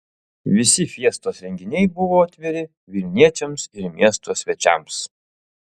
visi fiestos renginiai buvo atviri vilniečiams ir miesto svečiams